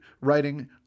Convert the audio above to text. writing